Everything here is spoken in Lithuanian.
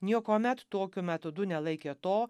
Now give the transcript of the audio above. niekuomet tokiu metodu nelaikė to